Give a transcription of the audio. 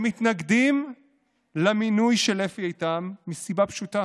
הם מתנגדים למינוי של אפי איתם מסיבה פשוטה,